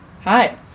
hi